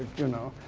you know.